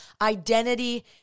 Identity